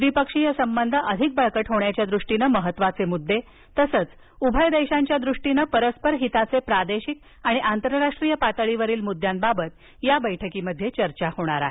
द्विपक्षीय संबंध अधिक बळकट होण्याच्या दृष्टीनं महत्त्वाचे मुद्दे तसंच उभय देशांच्या दृष्टीनं परस्पर हिताचे प्रादेशिक आणि आंतरराष्ट्रीय पातळीवरील मुद्द्यांबाबत या बैठकीत चर्चा होणार आहे